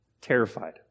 Terrified